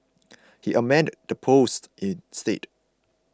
he amended the post instead